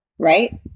Right